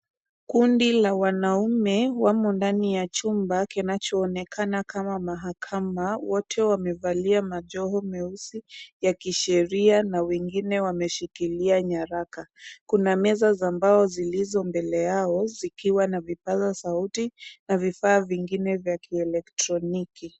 Kundi la wanaume wamo ndani ya chumba kinachoonekana kama mahakama. Wote wamevalia majoho meusi ya kisheria na wengine wameshikilia nyaraka. Kuna meza za mbao zilizo mbele yao zikiwa na vipaza sauti na vifaa vingine vya kielektroniki.